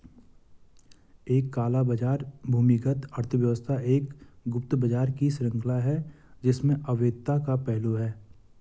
एक काला बाजार भूमिगत अर्थव्यवस्था एक गुप्त बाजार की श्रृंखला है जिसमें अवैधता का पहलू है